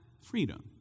freedom